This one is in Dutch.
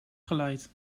geleid